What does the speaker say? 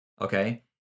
okay